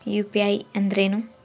UPI ಅಂದ್ರೇನು?